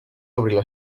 obrir